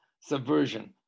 Subversion